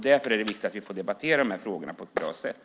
Därför är det viktigt att vi får debattera dessa frågor på ett bra sätt.